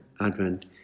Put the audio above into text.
Advent